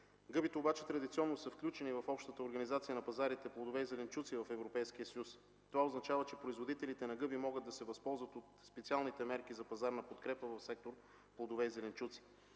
Гъбите традиционно са включени в общата организация на пазарите на „Плодове и зеленчуци” в Европейския съюз. Това означава, че производителите на гъби могат да се възползват от специалните мерки за пазарна подкрепа в сектор „Плодове и зеленчуци”.